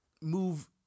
move